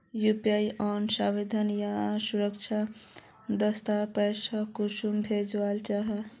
UPI सेवाएँ या services द्वारा पैसा कुंसम भेजाल जाहा?